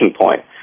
point